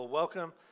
Welcome